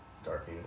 Dark